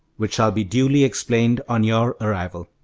which shall be duly explained on your arrival.